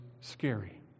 scary